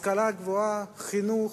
השכלה גבוהה, חינוך,